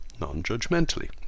non-judgmentally